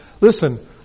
Listen